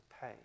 pay